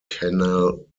canal